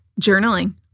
Journaling